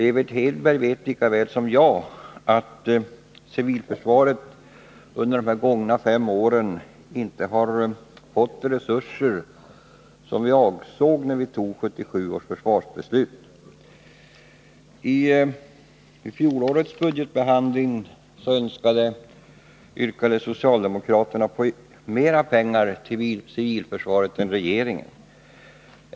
Evert Hedberg vet lika väl som jag att civilförsvaret under de här gångna fem åren inte har fått de resurser som vi avsåg när vi fattade 1977 års försvarsbeslut. I fjolårets budgetbehandling yrkade socialdemokraterna på mer pengar till civilförsvaret än regeringen gjorde.